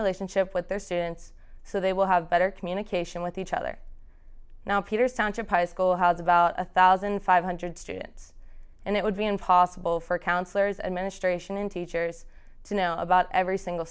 relationship with their students so they will have better communication with each other now peter sonship high school has about a thousand five hundred students and it would be impossible for counselors administration and teachers to know about every single